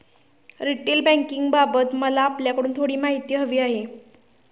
retail बँकिंगबाबत मला आपल्याकडून थोडी माहिती हवी आहे